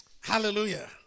Hallelujah